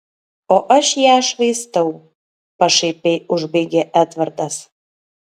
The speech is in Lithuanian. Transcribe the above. o aš ją švaistau pašaipiai užbaigė edvardas